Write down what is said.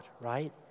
right